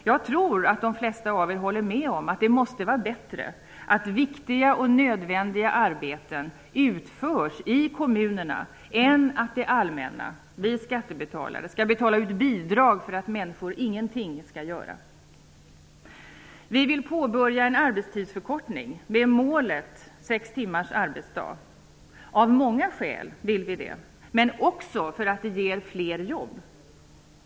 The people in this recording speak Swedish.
Jag tror att de flesta av er håller med om att det måste vara bättre att viktiga och nödvändiga arbeten utförs i kommunerna än att det allmänna, vi skattebetalare, skall betala ut bidrag för att människor inte skall göra någonting. Vi vill påbörja en arbetstidsförkortning med målet sex timmars arbetsdag. Vi vill det av många skäl. Ett skäl är att det skulle ge flera jobb.